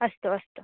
अस्तु अस्तु